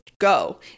go